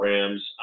Rams